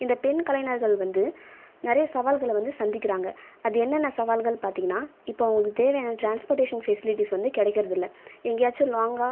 இந்த பெண் கலைஞர்கள் வந்து நிறைய சவால்கள வந்து சந்திக்கிறாங்க அது என்னென்ன சவால்கள் பார்த்தீங்கன்னா இப்போ அவங்களுக்கு தேவையான டிரான்ஸ்போர்ட்டேஷன் ஃபெசிலிட்டிஸ் வந்து கிடைக்கிறது இல்லை எங்கேயாச்சும் லாங்கா